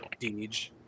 Deej